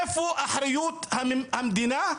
איפה אחריות המדינה,